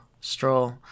Stroll